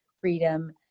freedom